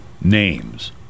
names